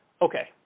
Okay